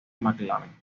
mclaren